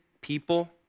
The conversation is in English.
people